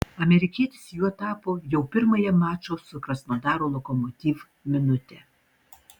amerikietis juo tapo jau pirmąją mačo su krasnodaro lokomotiv minutę